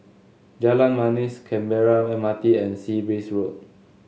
Jalan Manis Canberra M R T and Sea Breeze Road